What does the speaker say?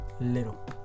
little